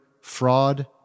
fraud